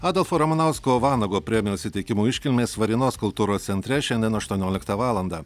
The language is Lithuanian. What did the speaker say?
adolfo ramanausko vanago premijos įteikimo iškilmės varėnos kultūros centre šiandien aštuonioliktą valandą